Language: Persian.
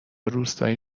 روستای